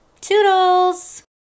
toodles